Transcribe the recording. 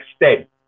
extent